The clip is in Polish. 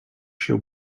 się